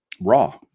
raw